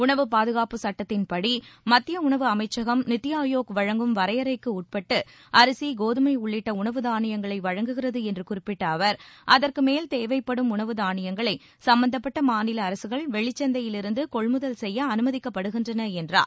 உணவுப் பாதுகாப்புச் சுட்டத்தின்படி மத்திய உணவு அமைச்சகம் நீத்தி ஆயோக் வழங்கும் வரையறைக்கு உட்பட்டு அரிசி கோதுமை உள்ளிட்ட உணவு தானியங்களை வழங்குகிறது என்று குறிப்பிட்ட அவர் அதற்கு மேல் தேவைப்படும் உணவு தானியங்களை சம்பந்தப்பட்ட மாநில அரசுகள் வெளிச்சந்தையிலிருந்து கொள்முதல் செய்ய அனுமதிக்கப்படுகின்றன என்றார்